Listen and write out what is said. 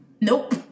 Nope